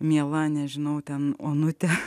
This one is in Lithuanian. miela nežinau ten onute